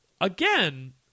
again